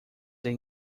than